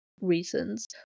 reasons